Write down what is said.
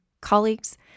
colleagues